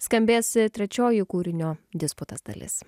skambės trečioji kūrinio disputas dalis